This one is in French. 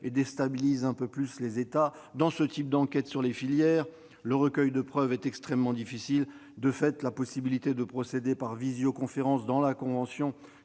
et déstabilisent un peu plus les États. Dans ce type d'enquêtes sur les filières, le recueil de preuves est extrêmement difficile. De fait, la possibilité de procéder par visioconférence, prévue par la convention,